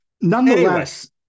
nonetheless